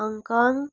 Hong Kong